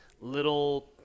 little